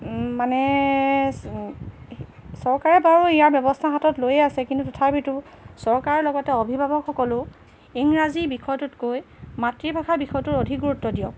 মানে চৰকাৰে বাৰু ইয়াৰ ব্যৱস্থা হাতত লৈয়ে আছে কিন্তু তথাপিতো চৰকাৰৰ লগতে অভিভাৱকসকলেও ইংৰাজী বিষয়টোতকৈ মাতৃভাষাৰ বিষয়টোৰ অধিক গুৰুত্ব দিয়ক